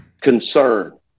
concern